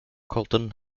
colton